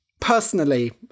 Personally